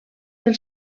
els